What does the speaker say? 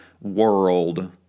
world